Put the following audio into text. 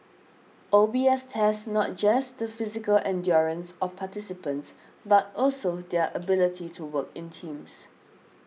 O B S tests not just the physical endurance of participants but also their ability to work in teams